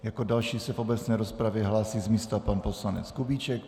Jako další se v obecné rozpravě hlásí z místa pan poslanec Kubíček.